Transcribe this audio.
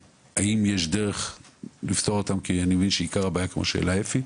האם יש דרך לפתור אותה כי אני מבין שעיקר הבעיה כמו שהעלה אפי,